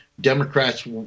Democrats